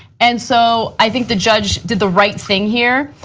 and so i think the judge to the right thing here.